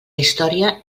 història